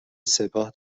سپاه